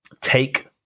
take